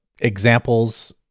examples